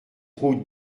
route